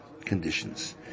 conditions